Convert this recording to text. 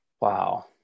Wow